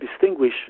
distinguish